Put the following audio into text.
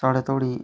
साढ़े धोड़ी